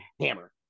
hammer